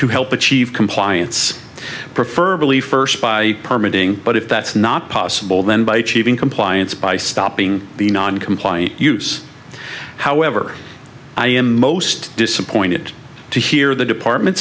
to help achieve compliance prefer belief first by permitting but if that's not possible then by cheating compliance by stopping the non compliant use however i am most disappointed to hear the department